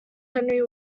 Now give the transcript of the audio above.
henry